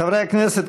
חברי הכנסת,